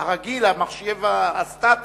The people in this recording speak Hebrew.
הרגיל, המחשב הסטטי,